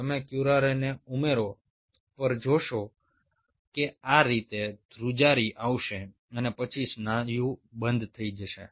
તમે ક્યુરારેના ઉમેરા પર જોશો કે આ રીતે ધ્રુજારી આવશે અને પછી સ્નાયુ બંધ થઈ જશે